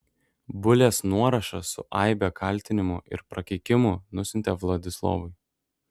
bulės nuorašą su aibe kaltinimų ir prakeikimų nusiuntė vladislovui